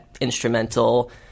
instrumental